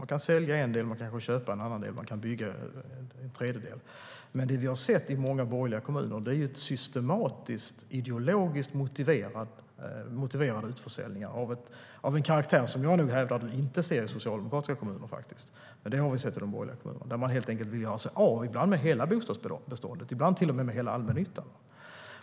Man kan sälja en del, köpa en annan del och bygga en tredje del. Men det vi har sett i många borgerliga kommuner är systematiska, ideologiskt motiverade utförsäljningar av en karaktär som jag vill hävda att vi inte ser i socialdemokratiska kommuner. Man vill ibland helt enkelt göra sig av med hela bostadsbeståndet, ibland till och med hela allmännyttan.